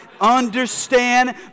understand